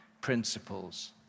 principles